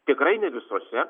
tikrai ne visose